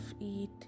eat